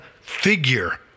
figure